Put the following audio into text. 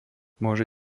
môže